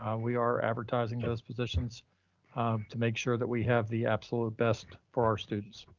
um we are advertising those positions to make sure that we have the absolute best for our students.